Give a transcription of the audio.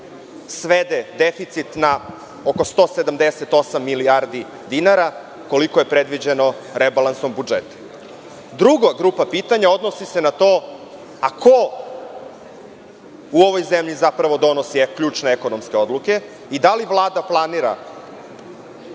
svede deficit na oko 178 milijardi dinara, koliko je predviđeno rebalansom budžeta. Druga grupa pitanja odnosi se na to, ako u ovoj zemlji donosi zapravo ključne ekonomske odluke i da li Vlada planira